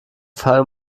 fall